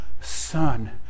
son